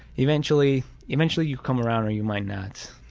eventually eventually you come around or you might not.